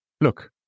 Look